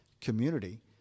community